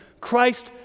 Christ